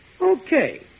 Okay